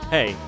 Hey